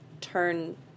turn